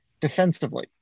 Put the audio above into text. defensively